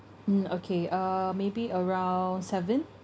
mm okay uh maybe around seven